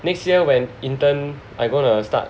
next year when intern I gonna start